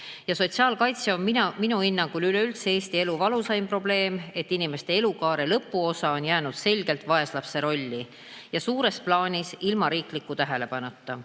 Sotsiaalkaitse on minu hinnangul üleüldse Eesti elu valusaim probleem. Inimeste elukaare lõpuosa on jäänud selgelt vaeslapse rolli ja suures plaanis ilma riigi tähelepanuta.